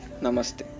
Namaste